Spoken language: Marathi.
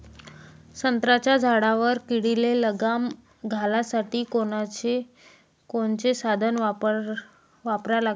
संत्र्याच्या झाडावर किडीले लगाम घालासाठी कोनचे साधनं वापरा लागन?